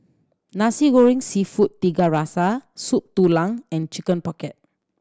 Nasi Goreng Seafood Tiga Rasa Soup Tulang and Chicken Pocket